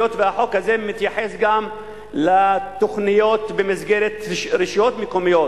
היות שהחוק הזה מתייחס גם לתוכניות במסגרת רשויות מקומיות,